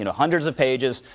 and hundreds of pages.